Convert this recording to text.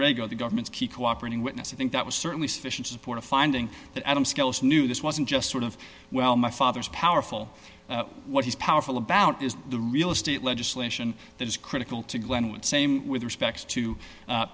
o the government's key cooperating witness i think that was certainly sufficient support a finding that adam scales knew this wasn't just sort of well my father's powerful what he's powerful about is the real estate legislation that is critical to glenwood same with respect to